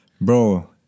bro